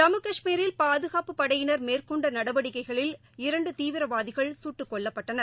ஜம்மு கஷ்மீரில் பாதுகாப்புப்படையினர் மேற்கொண்டநடவடிக்கைகளில் இரண்டுதீவிரவாதிகள் சுட்டுக்கொல்லப்பட்டனர்